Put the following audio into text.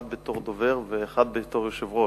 אחד בתור דובר ואחד בתור יושב-ראש.